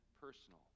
personal